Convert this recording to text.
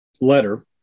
letter